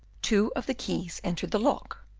two of the keys entered the lock,